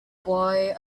boy